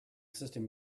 system